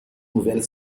nouvelle